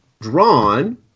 drawn